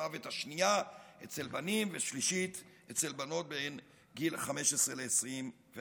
המוות השנייה אצל בנים ושלישית אצל בנות בין גיל 15 ל-24.